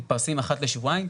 הם מתפרסמים אחת לשבועיים,